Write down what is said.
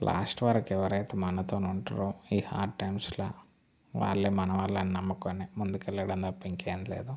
last వరకు ఎవరైతే మనతో ఉంటారో ఈ హార్డ్ టైమ్స్ వాళ్ళే మన వాళ్ళు అని నమ్ముకుని ముందుకు వెళ్ళడం తప్ప ఇంకేం లేదు